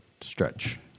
stretch